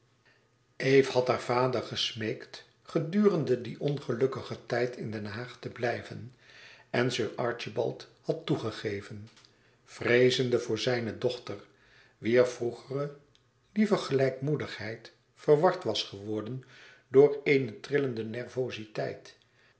eve had haar vader gesmeekt gedurende dien ongelukkigen tijd in den haag te blijven en sir archibald had toegegeven vreezende voor zijne dochter wier vroegere lieve gelijkmoedigheid verward was geworden door eene trillende nervoziteit